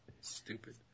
Stupid